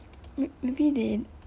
may~ maybe they